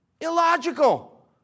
Illogical